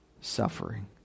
suffering